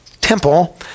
temple